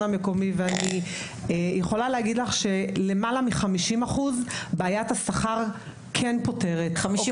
המקומי ואני יכולה להגיד לך ש בעיית השכר כן פותרת מעל 50